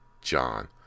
John